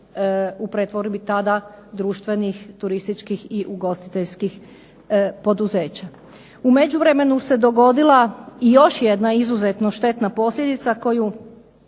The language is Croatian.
U međuvremenu se dogodila još jedna izuzetno štetna posljedica koju